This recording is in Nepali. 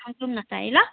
जौँ न त है ल